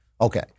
Okay